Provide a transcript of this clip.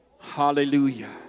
Hallelujah